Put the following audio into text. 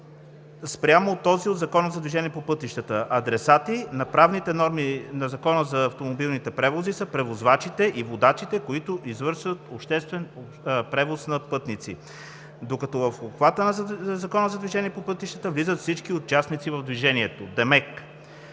спрямо този от Закона за движение по пътищата. Адресати на правните норми на Закона за автомобилните превози са превозвачите и водачите, които извършват обществен превоз на пътници, докато в обхвата на Закона за движение по пътищата влизат всички участници в движението.